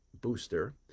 booster